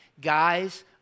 Guys